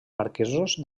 marquesos